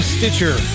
Stitcher